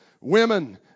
women